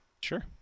Sure